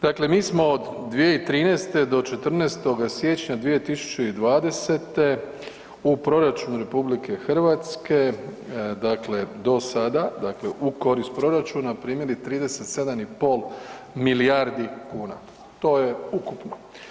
Dakle, mi smo od 2013. do 14. siječnja 2020. u proračunu RH, dakle do sada, dakle u korist proračuna primili 37,5 milijardi kuna, to je ukupno.